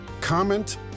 comment